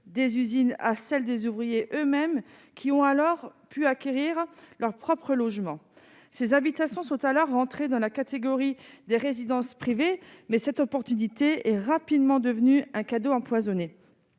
des usines à celle des ouvriers eux-mêmes qui ont alors pu acquérir leur propre logement, ces habitations sont à la rentrée, dans la catégorie des résidences privées mais cette opportunité est rapidement devenue un cadeau empoisonné